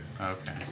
Okay